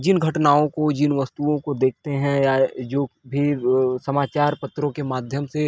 जिन घटनाओं को जिन वस्तुओं को देखते हैं या जो भी समाचार पत्रों के माध्यम से